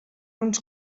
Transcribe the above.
ens